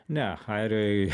ne airijoj